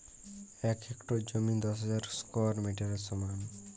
এক হেক্টর জমি দশ হাজার স্কোয়ার মিটারের সমান